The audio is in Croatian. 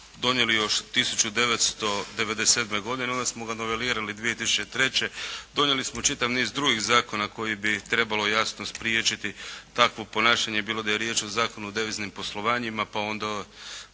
donijeli još 1997. godine, onda smo ga novelirali 2003., donijeli smo čitav niz drugih zakona koji bi trebalo, jasno spriječiti takvo ponašanje, bilo da je riječ o Zakonu o deviznim poslovanjima, pa onda